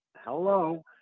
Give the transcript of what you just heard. Hello